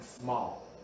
small